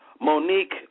Monique